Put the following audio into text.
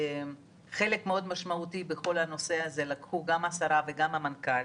חלק מאוד משמעותי בכל הנושא הזה לקחו גם השרה וגם מנכ"ל